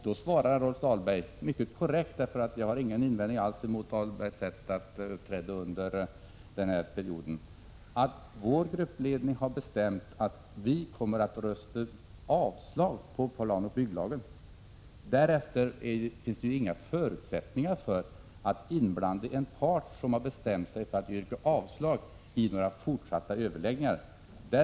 Då svarade Rolf Dahlberg mycket korrekt — jag har nämligen inga invändningar alls mot Rolf Dahlbergs sätt under denna period — att moderaternas gruppledning hade bestämt att man skulle yrka avslag på förslaget om planoch bygglag. Därefter fanns det inga förutsättningar för att blanda in en part, som har bestämt sig för att yrka avslag, till några fortsatta överläggningar.